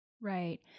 Right